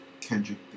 Kendrick